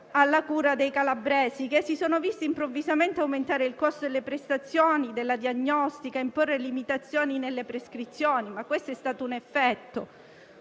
alla cura dei calabresi, che si sono visti improvvisamente aumentare il costo delle prestazioni della diagnostica ed imporre limitazioni nelle prescrizioni (questo è stato un effetto,